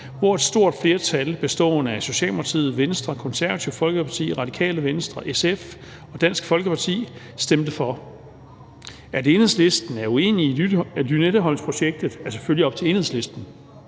hvor et stort flertal bestående af Socialdemokratiet, Venstre, Det Konservative Folkeparti, Radikale Venstre, SF og Dansk Folkeparti stemte for. At Enhedslisten er uenig i Lynetteholmprojektet, er selvfølgelig op til Enhedslisten,